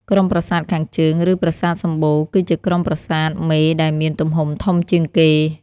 ក្រុមប្រាសាទខាងជើង ឬប្រាសាទសម្បូរ គឺជាក្រុមប្រាសាទមេដែលមានទំហំធំជាងគេ។